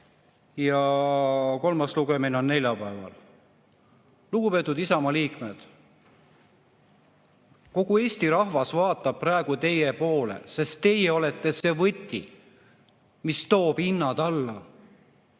ja kolmas lugemine on neljapäeval. Lugupeetud Isamaa liikmed! Kogu Eesti rahvas vaatab praegu teie poole, sest teie olete see võti, mis toob hinnad alla